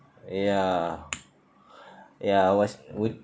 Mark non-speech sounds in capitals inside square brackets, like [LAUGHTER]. ya [BREATH] ya I was would